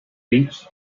beach